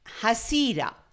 Hasira